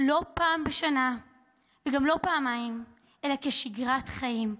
לא פעם בשנה וגם לא פעמיים, אלא כשגרת חיים,